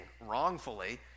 wrongfully